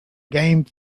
game